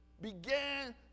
began